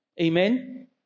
Amen